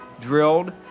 drilled